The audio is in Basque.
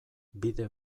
bide